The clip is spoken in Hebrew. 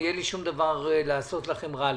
אין לי שום כוונה לעשות לכם רע,